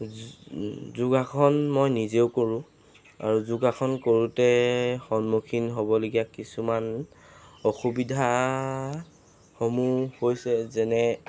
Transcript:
যো যোগাসন মই নিজেও কৰোঁ আৰু যোগাসন কৰোঁতে সন্মুখীন হ'বলগীয়া কিছুমান অসুবিধাসমূহ হৈছে যেনে